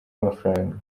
amafaranga